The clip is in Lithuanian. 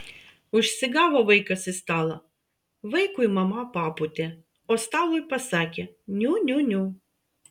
užsigavo vaikas į stalą vaikui mama papūtė o stalui pasakė niu niu niu